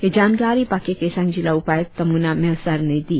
यह जानकारी पाक्के केसांग जिला उपायुक्त तमुना मेसार ने दी